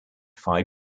phi